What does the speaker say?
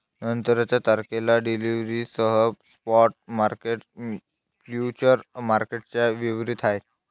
नंतरच्या तारखेला डिलिव्हरीसह स्पॉट मार्केट फ्युचर्स मार्केटच्या विपरीत आहे